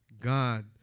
God